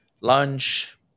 lunch